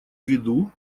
виду